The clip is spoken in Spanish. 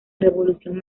revolución